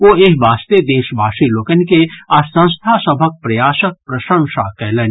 ओ एहि वास्ते देशवासी लोकनि के आ संस्था सभक प्रयासक प्रशंसा कयलनि